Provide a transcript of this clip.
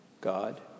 God